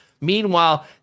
Meanwhile